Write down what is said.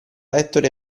ettore